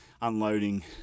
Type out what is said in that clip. unloading